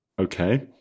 okay